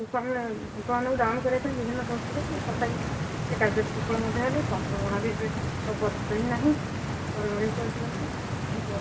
ଲୋକମାନେ ତନ୍ତମାନଙ୍କୁ ଡାଉନ୍ କରିବା ପାଇଁ ବିଭିନ୍ନ ତଥାପି ସେ କାର୍ଯ୍ୟରେ ସୁଫଳ ମଧ୍ୟ ହେଲେ ତନ୍ତବୁଣା ବି ଏବେ ଆଉ ପରିଚିତ ହିଁ ନାହିଁ ଘରେ ଘରେ ପରିଚିତ ନାହିଁ